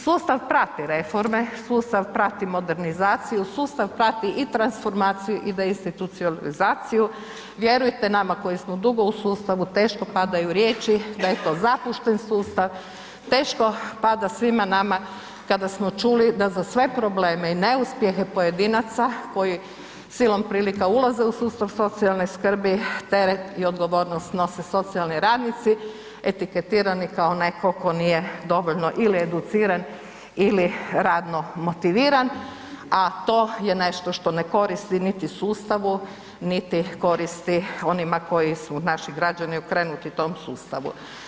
Sustav prati reforme, sustav prati modernizaciju, sustav prati i transformaciju i deinstitucionalizaciju, vjerujte nama koji smo dugo u sustavu, teško padaju riječi da je to zapušten sustav, teško pada svima nama kada smo čuli da za sve probleme i neuspjehe pojedinaca koji silom prilika ulaze u sustav socijalne skrbi, teret i odgovornost nose socijalni radnici etiketirani kao netko tko nije dovoljno ili educiran ili radno motiviran, a to je nešto što ne koristi niti sustavu niti koristi onima koji su, naši građani, okrenuti tom sustavu.